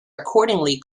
accordingly